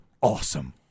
awesome